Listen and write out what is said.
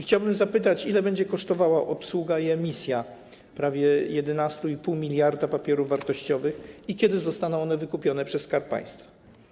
Chciałbym zapytać, ile będzie kosztowała obsługa i emisja prawie 11,5 mld papierów wartościowych i kiedy zostaną one wykupione przez Skarb Państwa.